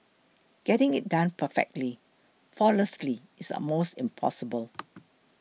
getting it done perfectly flawlessly is almost impossible